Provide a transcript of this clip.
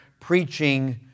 preaching